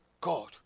God